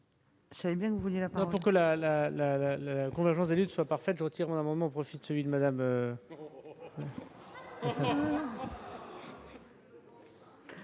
pour que la convergence des luttes soit parfaite, je retire mon amendement